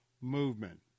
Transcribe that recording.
movement